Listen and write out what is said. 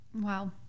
Wow